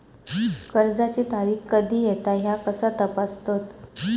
कर्जाची तारीख कधी येता ह्या कसा तपासतत?